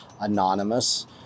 anonymous